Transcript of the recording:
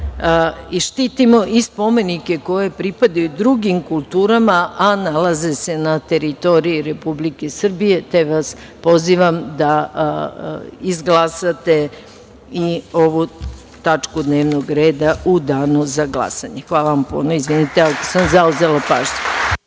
i štitimo i spomenike koji pripadaju drugim kulturama, a nalaze se na teritoriji Republike Srbije, te vas pozivam da izglasate i ovu tačku dnevnog reda u danu za glasanje. Hvala vam puno i izvinite ako sam vam zauzela pažnju.